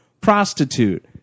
prostitute